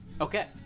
Okay